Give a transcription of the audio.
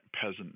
peasant